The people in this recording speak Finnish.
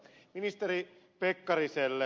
ministeri pekkariselle